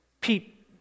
Pete